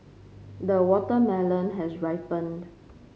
the watermelon has ripened